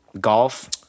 Golf